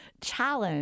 challenge